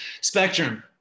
spectrum